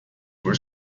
were